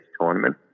tournament